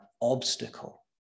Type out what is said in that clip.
obstacle